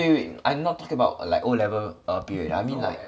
wait wait I not talking about like O level err period leh I mean like